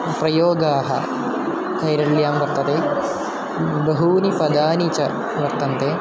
उपयोगाः कैरल्यां वर्तते बहूनि पदानि च वर्तन्ते